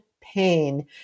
pain